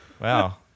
Wow